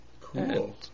Cool